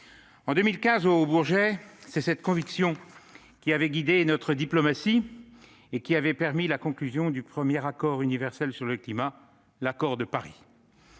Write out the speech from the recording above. En 2015, au Bourget, c'est cette conviction qui avait guidé notre diplomatie et qui avait permis la conclusion du premier accord universel sur le climat, l'accord de Paris.